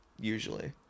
usually